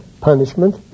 punishment